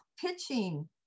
pitching